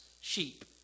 sheep